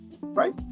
right